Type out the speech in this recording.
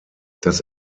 das